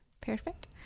perfect